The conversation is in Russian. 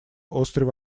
острый